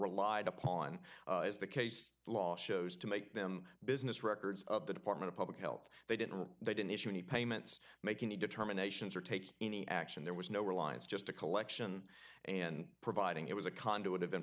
relied upon as the case law shows to make them business records of the department of public health they didn't they didn't issue any payments make any determinations or take any action there was no reliance just a collection and providing it was a cond